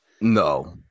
No